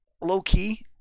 Low-key